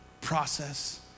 process